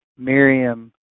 Miriam